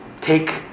take